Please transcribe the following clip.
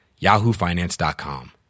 yahoofinance.com